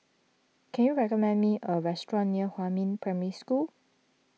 can you recommend me a restaurant near Huamin Primary School